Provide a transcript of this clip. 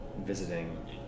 visiting